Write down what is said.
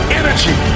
energy